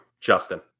Justin